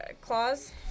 Claws